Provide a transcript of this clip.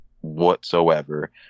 whatsoever